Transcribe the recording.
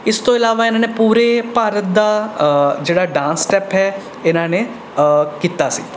ਇਸ ਤੋਂ ਇਲਾਵਾ ਇਹਨਾਂ ਨੇ ਪੂਰੇ ਭਾਰਤ ਦਾ ਜਿਹੜਾ ਡਾਂਸ ਸਟੈਪ ਹੈ ਇਹਨਾਂ ਨੇ ਕੀਤਾ ਸੀ